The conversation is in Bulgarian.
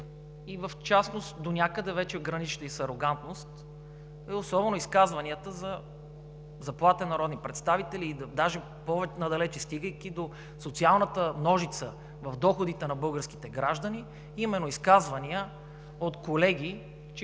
и в частност донякъде вече граничещи с арогантност, особено изказванията за заплатата на народните представители и даже по-надалече, стигайки до социалната ножица в доходите на българските граждани, именно изказвания от колеги,